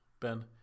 Ben